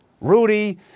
Rudy